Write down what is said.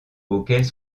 auxquels